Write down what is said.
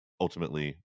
ultimately